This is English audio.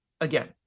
again